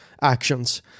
actions